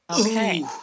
Okay